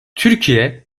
türkiye